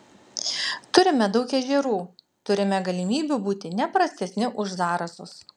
turime daug ežerų turime galimybių būti ne prastesni už zarasus